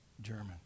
German